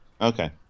Okay